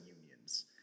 unions